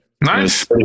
Nice